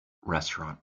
restaurant